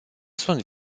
sunt